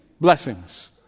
blessings